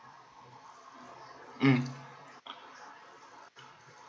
mm